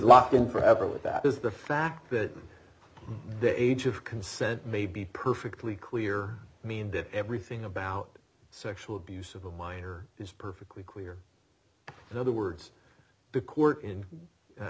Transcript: locked in forever with that is the fact that the age of consent may be perfectly clear i mean that everything about sexual abuse of a minor is perfectly clear in other words the court in